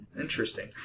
Interesting